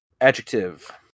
Adjective